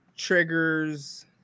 Triggers